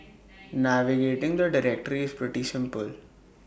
navigating the directory is pretty simple